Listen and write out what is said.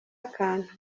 akantu